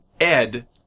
Ed